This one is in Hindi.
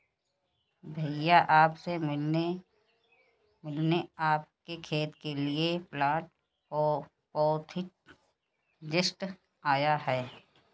भैया आप से मिलने आपके खेत के लिए प्लांट पैथोलॉजिस्ट आया है